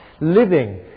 living